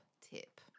tip